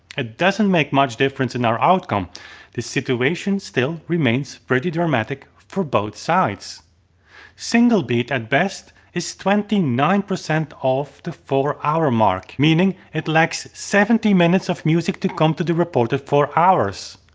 it doesn't make much difference in our outcome the situation still remains pretty dramatic for both sides single beat at best is twenty nine percent off the four hour mark, meaning it lacks seventy minutes of music to come to the reported four hours.